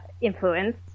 influence